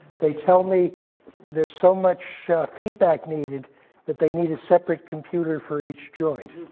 they tell me there's so much feedback needed that they need a separate computer for each joint.